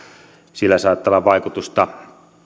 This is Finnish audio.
sillä saattaa olla vaikutusta